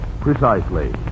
Precisely